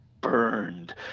burned